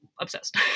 obsessed